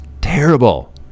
terrible